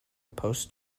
post